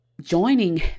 joining